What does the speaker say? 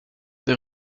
des